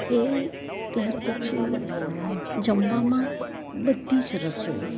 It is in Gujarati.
કે ત્યાર પછી જમવામાં બધી જ રસોઈ